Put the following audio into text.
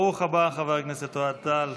ברוך הבא, חבר הכנסת אוהד טל.